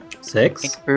six